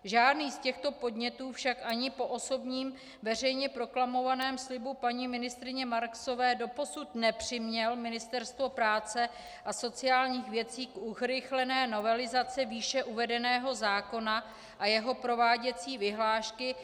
Žádný z těchto podnětů však ani po osobním veřejně proklamovaném slibu paní ministryně Marksové doposud nepřiměl Ministerstvo práce a sociálních věcí k urychlené novelizaci výše uvedeného zákona a jeho prováděcí vyhlášky.